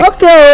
Okay